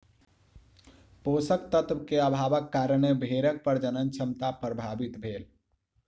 पोषक तत्व के अभावक कारणें भेड़क प्रजनन क्षमता प्रभावित भेल